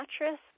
mattress